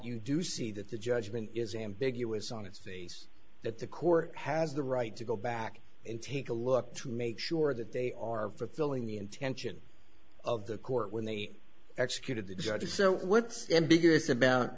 you do see that the judgment is ambiguous on its face that the court has the right to go back and take a look to make sure that they are filling the intention of the court when they executed the judges so what's ambiguous about